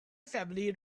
family